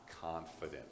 confident